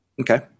Okay